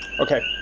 okay.